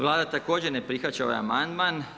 Vlada također ne prihvaća ovaj amandman.